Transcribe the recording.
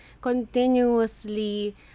continuously